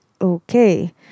Okay